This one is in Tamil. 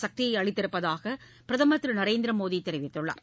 சக்தியை அளித்திருப்பதாக பிரதமர் திரு நரேந்திர மோடி தெரிவித்துள்ளார்